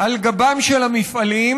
על גבם של המפעלים,